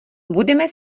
budeme